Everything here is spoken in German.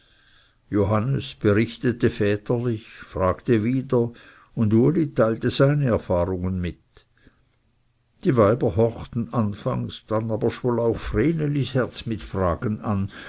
johannes berichtete väterlich fragte wieder und uli teilte seine erfahrungen mit die weiber horchten anfangs dann aber schwoll auch vrenelis herz mit fragen an